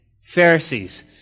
Pharisees